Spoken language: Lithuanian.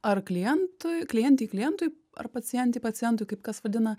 ar klientui klientei klientui ar pacientei pacientui kaip kas vadina